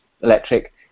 Electric